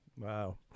Wow